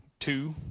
two,